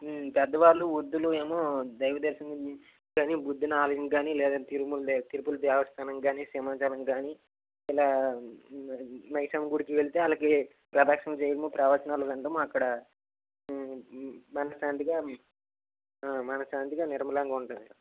పెద్ద వాళ్ళు వృద్దులు ఏమో దైవ దర్శనం కొని బుద్ధుని ఆలయం కానీ లేదా తిరుముల దేవ తిరుపుల దేవస్థానం కానీ సింహాచలం కానీ ఇలా మైసమ్మ గుడికి వెళ్తే వాళ్ళకి ప్రదక్షిణాలు చేయడము ప్రవచనాలు వినడము అక్కడ మనశాంతిగా మనశాంతిగా నిర్మలంగా ఉంటుంది